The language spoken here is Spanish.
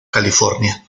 california